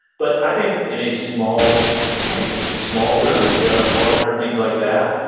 but i think in a small like small room if you have an apartment or things like that,